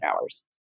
hours